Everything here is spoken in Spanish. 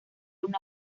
una